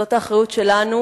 זאת האחריות שלנו